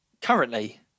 Currently